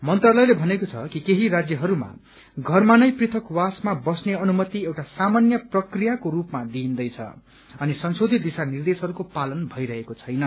मन्त्रालयले भनेको छ कि केही राण्यहरूमा षरमा नै पृथकवासमा बस्ने अनुमति एउआ सामान्य प्रक्रियाको स्पमा दिइन्दैछ अनि संशोधित दिशा निर्देशहरूको पालन भइरहेको छैन